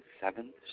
seventh